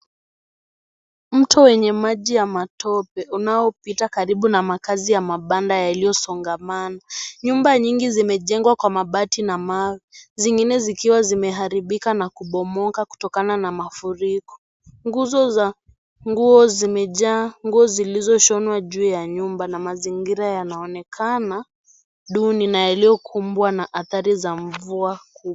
Mto wenye maji wa matope unaopita karibu na makazi ya mabanda yaliyosongamana. Nyumba nyingi zimejengwa kwa mabati na mawe. Zingine zikiwa zimeharibika na kubomoka kutokana na mafuriko. Nguzo za. Nguo zimejaa nguo zilizoshonwa juu ya nyumba na mazingira yanaonekana duni na yaliyokubwa na athari za mvua kubwa.